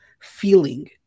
feeling